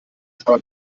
aber